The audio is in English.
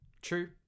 true